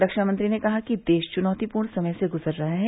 रक्षा मंत्री ने कहा कि देश चुनौतीपूर्ण समय से गूजर रहा है